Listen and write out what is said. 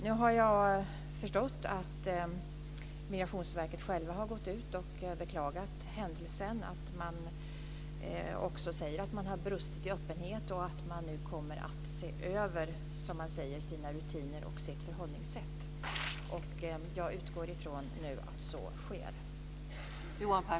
Nu har jag förstått att Migrationsverket själva har gått ut och beklagat händelsen. Man säger att man har brustit i öppenhet och att man nu, som man säger, kommer att se över sina rutiner och sitt förhållningssätt. Jag utgår från att så sker.